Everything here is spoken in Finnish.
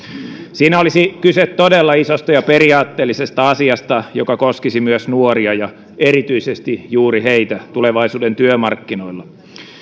siinä olisi kyse todella isosta ja periaatteellisesta asiasta joka koskisi myös nuoria ja erityisesti juuri heitä tulevaisuuden työmarkkinoilla